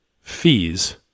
fees